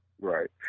Right